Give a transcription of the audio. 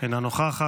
אינה נוכחת,